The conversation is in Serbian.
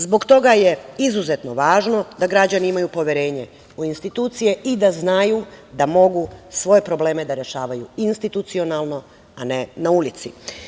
Zbog toga je izuzetno važno da građani imaju poverenje u institucije i da znaju da mogu svoje probleme da rešavaju institucionalno, a ne na ulici.